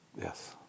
Yes